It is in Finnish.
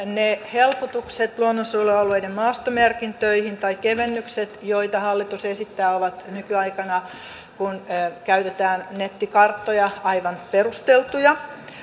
ne helpotukset tai kevennykset luonnonsuojelualueiden maastomerkintöihin joita hallitus esittää ovat nykyaikana kun käytetään nettikarttoja aivan perusteltuja